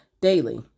daily